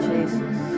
Jesus